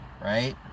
Right